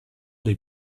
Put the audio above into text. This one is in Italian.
dei